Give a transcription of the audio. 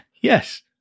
Yes